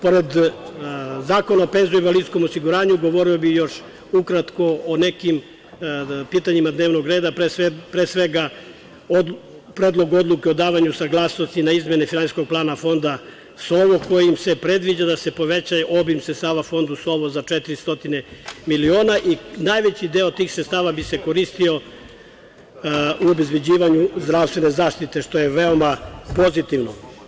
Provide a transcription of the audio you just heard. Pored Zakona o PIO, govorio bih još ukratko o nekim pitanjima dnevnog reda, pre svega o Predlogu odluke o davanju saglasnosti na izmene finansijskog plana Fonda SOVO kojim se predviđa da se poveća obim sredstava Fonu SOVO za 400 miliona i najveći deo tih sredstava bi se koristio u obezbeđivanju zdravstvene zaštite što je veoma pozitivno.